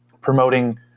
promoting